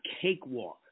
cakewalk